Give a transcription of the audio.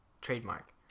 Trademark